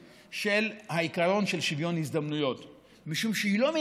זאת אומרת שהמשרד מכיר בשירותים הללו כחלק אינטגרלי וחשוב ממה